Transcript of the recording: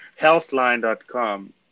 healthline.com